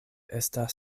estas